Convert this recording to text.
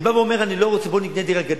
אמרתי שאני לא רוצה, שנקנה דירה.